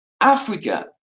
Africa